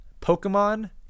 Pokemon